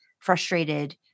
frustrated